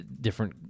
different